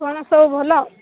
କ'ଣ ସବୁ ଭଲ